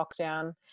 lockdown